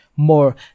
more